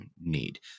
need